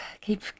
keep